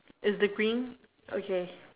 is the green okay